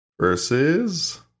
versus